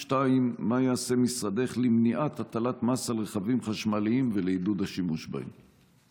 2. מה יעשה משרדך למניעת הטלת מס על רכבים חשמליים ולעידוד השימוש בהם?